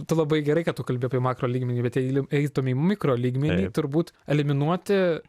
tu labai gerai kad tu kalbi apie makro lygmenį bet jei eitume į mikro lygmenį turbūt eliminuoti